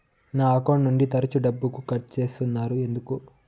నా అకౌంట్ నుండి తరచు డబ్బుకు కట్ సేస్తున్నారు ఎందుకు